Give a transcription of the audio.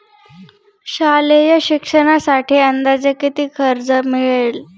शालेय शिक्षणासाठी अंदाजे किती कर्ज मिळेल?